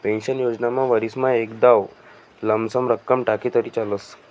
pension योजनामा वरीसमा एकदाव लमसम रक्कम टाकी तरी चालस